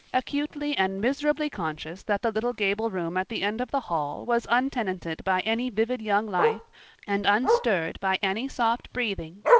acutely and miserably conscious that the little gable room at the end of the hall was untenanted by any vivid young life and unstirred by any soft breathing,